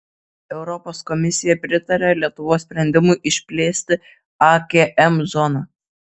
europos komisija pritarė lietuvos sprendimui išplėsti akm zoną